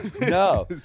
No